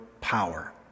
power